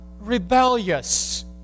rebellious